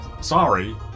Sorry